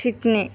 शिकणे